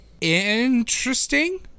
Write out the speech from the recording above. Interesting